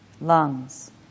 lungs